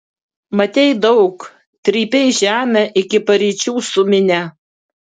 matei daug trypei žemę iki paryčių su minia